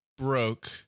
broke